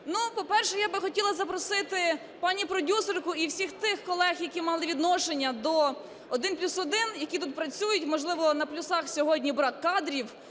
По-перше, я би хотіла запросити пані продюсерку і всіх тих колег, які мали відношення до "1+1" і які тут працюють, можливо на "плюсах" сьогодні брак кадрів,